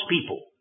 people